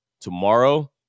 tomorrow